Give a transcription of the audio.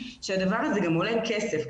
הדבר הזה גם עולה כסף,